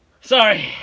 Sorry